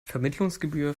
vermittlungsgebühr